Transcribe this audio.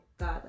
god